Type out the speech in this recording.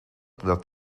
that